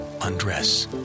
undress